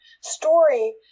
story